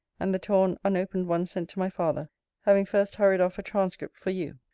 and the torn unopened one sent to my father having first hurried off a transcript for you.